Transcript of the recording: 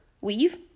Weave